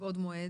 מבעוד מועד?